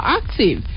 active